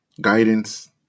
guidance